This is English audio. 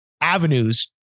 avenues